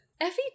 Effie